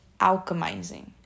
alchemizing